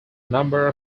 number